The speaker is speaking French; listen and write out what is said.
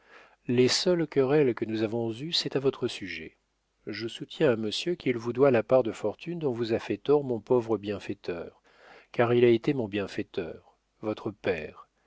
les seules querelles que nous avons eues c'est à votre sujet je soutiens à monsieur qu'il vous doit la part de fortune dont vous a fait tort mon pauvre bienfaiteur car il a été mon bienfaiteur votre père